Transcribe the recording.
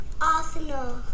Arsenal